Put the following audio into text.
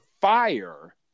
fire